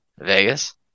Vegas